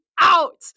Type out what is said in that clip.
out